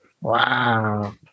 Wow